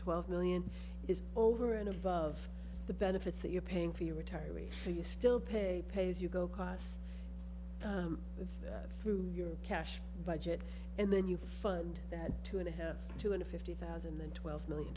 twelve million is over and above the benefits that you're paying for your retirees so you still pay pay as you go cos that's through your cash budget and then you fund that two and a half two hundred fifty thousand and twelve million